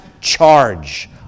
charge